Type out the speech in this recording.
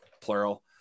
plural